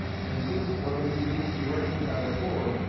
and this whether you move directly by the chord,